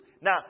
Now